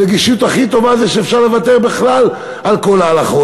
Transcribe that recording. הנגישות הכי טובה זה שאפשר לוותר בכלל על כל ההלכות,